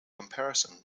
comparison